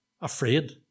afraid